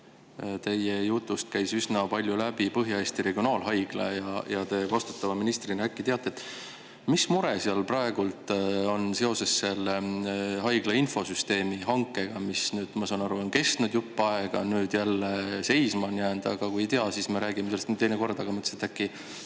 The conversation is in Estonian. teie jutust käis üsna palju läbi Põhja-Eesti Regionaalhaigla ja teie vastutava ministrina äkki teate, mis mure seal praegu on seoses selle haiglainfosüsteemi hankega, mis, ma saan aru, on kestnud jupp aega, aga nüüd jälle seisma jäänud. Kui ei tea, siis me räägime sellest teine kord, aga mõtlesin, et äkki